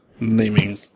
naming